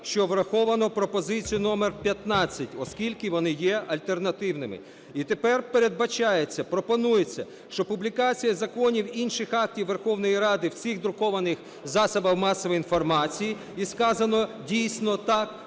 що враховано пропозицію номер 15, оскільки вони є альтернативними. І тепер передбачається, пропонується, що публікація законів, інших актів Верховної Ради в цих друкованих засобах масової інформації, і сказано дійсно так